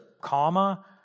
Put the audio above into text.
comma